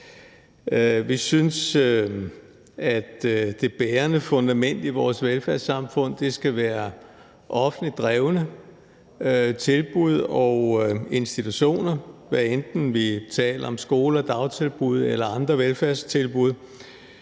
Vi synes, at det bærende fundament for vores velfærdssamfund skal være offentligt drevne tilbud og institutioner, hvad enten vi taler om skoler, dagtilbud eller andre velfærdstilbud,